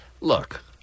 Look